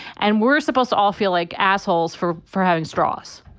and we're supposed to all feel like assholes for for having straws.